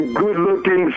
good-looking